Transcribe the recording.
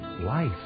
life